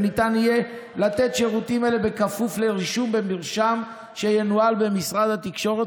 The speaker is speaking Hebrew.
וניתן יהיה לתת שירותים אלה בכפוף לרישום במרשם שינוהל במשרד התקשורת,